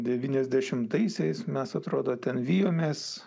devyniasdešimtaisiais mes atrodo ten vijomės